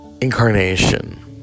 incarnation